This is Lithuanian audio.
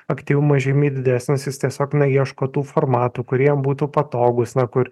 aktyvumas žymiai didesnis jis tiesiog na ieško tų formatų kurie jam būtų patogūs na kur